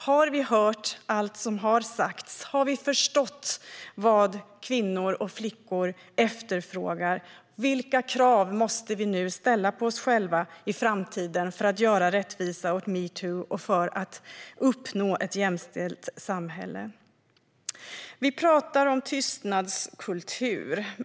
Har vi hört allt som har sagts? Har vi förstått vad kvinnor och flickor efterfrågar? Vilka krav måste vi ställa på oss själva i framtiden för att göra rättvisa åt metoo och för att uppnå ett jämställt samhälle? Vi pratar om tystnadskultur.